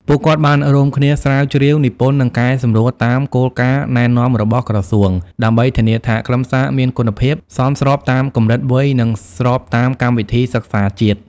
ពួកគាត់បានរួមគ្នាស្រាវជ្រាវ និពន្ធ និងកែសម្រួលតាមគោលការណ៍ណែនាំរបស់ក្រសួង ដើម្បីធានាថាខ្លឹមសារមានគុណភាព សមស្របតាមកម្រិតវ័យ និងស្របតាមកម្មវិធីសិក្សាជាតិ។